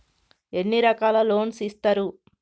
ఎన్ని రకాల లోన్స్ ఇస్తరు?